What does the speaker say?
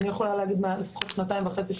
אני יכולה לומר שלפחות שנתיים וחצי,